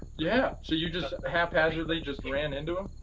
yeah! so you just haphazardly just ran into